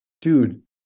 dude